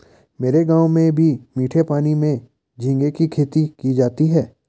मेरे गांव में भी मीठे पानी में झींगे की खेती की जाती है